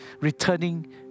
returning